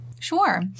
Sure